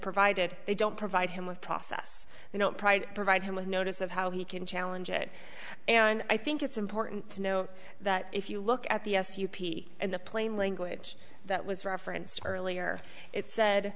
provided they don't provide him with process they don't pride provide him with notice of how he can challenge it and i think it's important to know that if you look at the s u p and the plain language that was referenced earlier it said